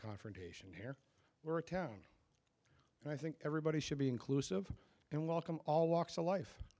confrontation here where a town and i think everybody should be inclusive and welcome all walks of life